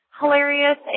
hilarious